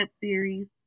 series